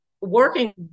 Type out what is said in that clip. working